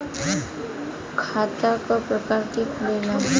खाता क प्रकार के खुलेला?